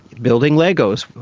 building legos,